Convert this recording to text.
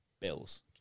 Bills